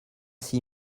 six